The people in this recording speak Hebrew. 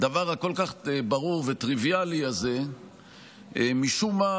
שהדבר הברור והטריוויאלי כל כך משום מה